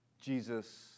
Jesus